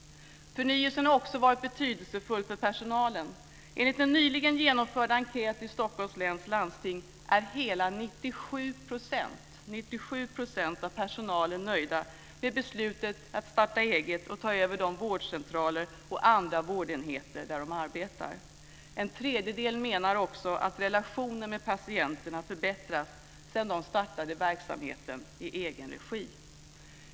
Förnyelsen har också varit betydelsefull för personalen. Enligt en nyligen genomförd enkät i Stockholms läns landsting är hela 97 % av personalen nöjda med beslutet att starta eget och ta över de vårdcentraler och andra vårdenheter där de arbetar. En tredjedel menar också att relationen med patienterna förbättrats sedan de startade verksamheten i egen regi.